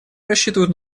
рассчитывают